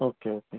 okay okay